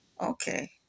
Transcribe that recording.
Okay